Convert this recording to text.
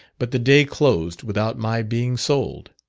but the day closed without my being sold.